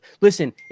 Listen